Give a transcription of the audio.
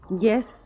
Yes